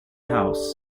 house